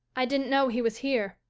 i didn't know he was here,